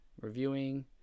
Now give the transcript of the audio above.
reviewing